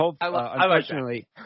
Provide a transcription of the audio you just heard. Unfortunately